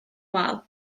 wal